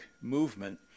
movement